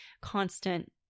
constant